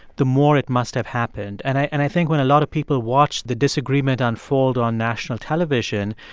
the more it must have happened. and i and i think when a lot of people watched the disagreement unfold on national television,